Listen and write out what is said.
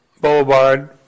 Boulevard